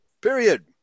Period